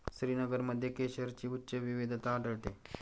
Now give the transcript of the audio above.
श्रीनगरमध्ये केशरची उच्च विविधता आढळते